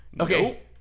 Okay